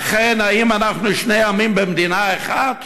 אכן, האם אנחנו שני עמים במדינה אחת?